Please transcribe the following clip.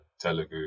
Telugu